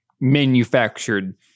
Manufactured